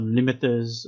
Limiters